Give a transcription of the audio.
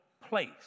place